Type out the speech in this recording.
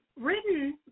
written